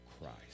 Christ